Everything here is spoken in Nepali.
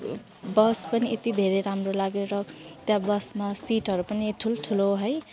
बस पनि यत्ति धेरै राम्रो लाग्यो र त्यहाँ बसमा सिटहरू पनि ठुल्ठुलो है